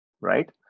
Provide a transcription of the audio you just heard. right